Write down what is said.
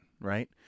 right